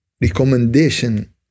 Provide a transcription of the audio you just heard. recommendation